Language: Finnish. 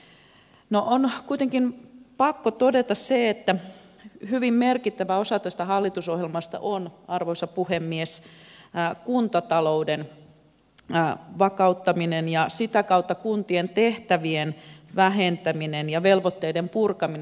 no on kuitenkin pakko todeta se että hyvin merkittävä osa tästä hallitusohjelmasta on arvoisa puhemies kuntatalouden vakauttaminen ja sitä kautta kuntien tehtävien vähentäminen ja velvoitteiden purkaminen